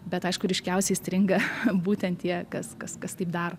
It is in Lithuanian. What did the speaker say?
bet aišku ryškiausiai įstringa būtent tie kas kas kas taip daro